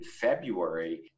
February